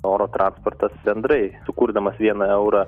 oro transportas bendrai kurdamas vieną eurą